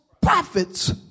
prophets